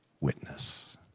witness